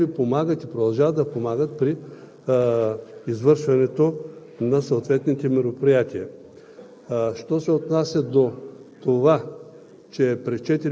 общините престават да се интересуват и дали продължават да Ви помагат при извършването на съответните мероприятия?